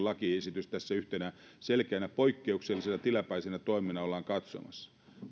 lakiesitys jota tässä yhtenä selkeänä poikkeuksellisena tilapäisenä toimena ollaan katsomassa